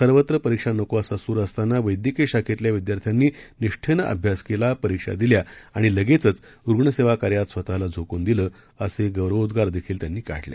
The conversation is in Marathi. सर्वत्रपरीक्षानकोअसासूरअसतानावैद्यकीयशाखेतल्याविद्यार्थ्यानीनिष्ठेनंअभ्यासकेला परीक्षादिल्याआणिलगेचचरुग्णसेवाकार्यातस्वतःलाझोकूनदिलं असेगौरवोद्रारदेखीलत्यांनीकाढले